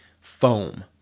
foam